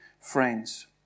friends